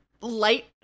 light